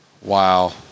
wow